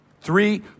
Three